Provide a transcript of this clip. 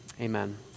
Amen